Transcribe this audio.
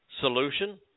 solution